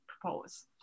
propose